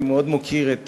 שאני מאוד מוקיר את